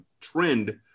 trend